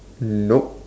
nope